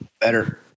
better